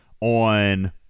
on